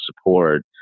support